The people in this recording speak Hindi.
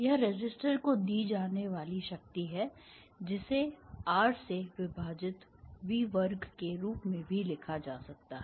यह रेसिस्टर को दी जाने वाली शक्ति है जिसे R से विभाजित V वर्ग के रूप में भी लिखा जा सकता है